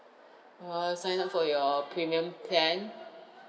uh I signed up for your premium plan